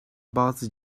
bazı